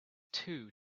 two